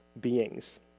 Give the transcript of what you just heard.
beings